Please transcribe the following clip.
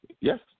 Yes